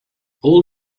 all